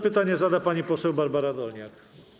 Pytanie zada pani poseł Barbara Dolniak.